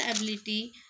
ability